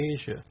Asia